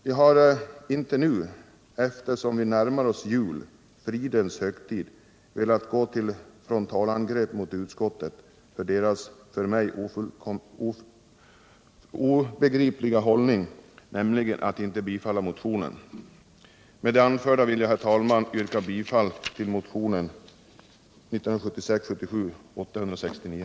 Jag har inte nu när vi närmar oss fridens högtid — julen 49 — velat gå till ett frontalangrepp mot utskottet för dess för mig obegripliga hållning, nämligen att inte tillstyrka motionen. Med det anförda vill jag yrka bifall till motionen 1976/77:869.